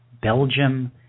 Belgium